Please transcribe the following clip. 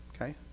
okay